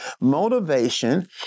Motivation